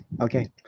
Okay